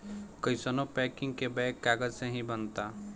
कइसानो पैकिंग के बैग कागजे से ही बनता